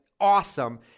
awesome